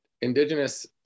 indigenous